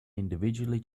individually